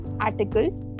article